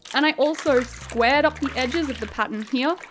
and i also squared up the edges of the pattern here,